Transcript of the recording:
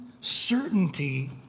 certainty